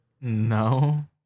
No